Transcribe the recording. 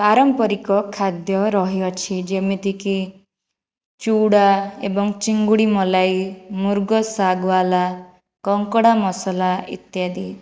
ପାରମ୍ପରିକ ଖାଦ୍ୟ ରହିଅଛି ଯେମିତିକି ଚୁଡ଼ା ଏବଂ ଚିଙ୍ଗୁଡ଼ି ମଲାଇ ମୁର୍ଗ ସାଗ୍ ୱାଲା କଙ୍କଡ଼ା ମସଲା ଇତ୍ୟାଦି